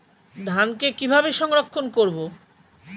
ধানকে কিভাবে সংরক্ষণ করব?